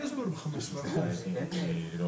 אנחנו מחויבים, יש לנו אחריות בהקשר הזה ואנחנו